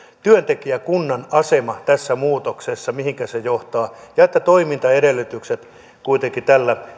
työntekijäkunnan asema tässä muutoksessa mihinkä se johtaa ja se että toimintaedellytykset kuitenkin tällä